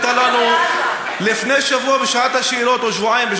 או שבועיים,